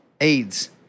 AIDS